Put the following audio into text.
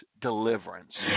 Deliverance